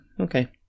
okay